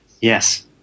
Yes